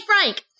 Frank